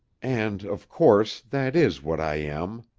and, of course, that is what i am.